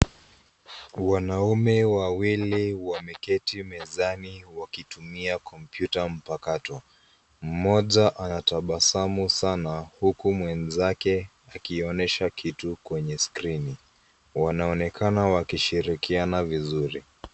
Wanaume wawili wameketi mezani wakitumia kompyuta mpakato. Mmoja anatabasamu sana huku mwenzake akionyesha kitu kwenye skrini. Wanaonekana wakishirikiana vizuri.